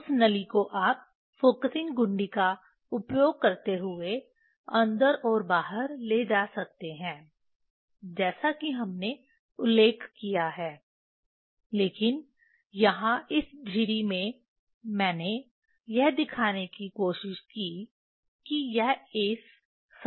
उस नली को आप फ़ोकसिंग घुंडी का उपयोग करते हुए अंदर और बाहर ले जा सकते हैं जैसा कि हमने उल्लेख किया है लेकिन यहाँ इस झिरी में मैंने यह दिखाने की कोशिश की कि यह इस समतल में है